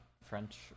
French